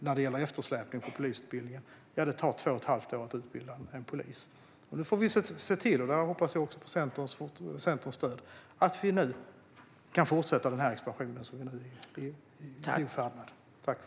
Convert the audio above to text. När det gäller eftersläpningen på polisutbildningen tar det två och ett halvt år att utbilda en polis. Nu får vi se till att fortsätta den expansion som vi är i färd med, och där hoppas jag på Centerns stöd.